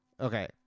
Okay